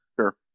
sure